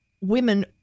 women